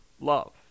love